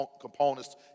components